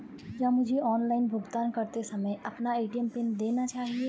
क्या मुझे ऑनलाइन भुगतान करते समय अपना ए.टी.एम पिन देना चाहिए?